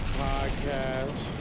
podcast